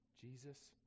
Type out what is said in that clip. Jesus